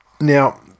Now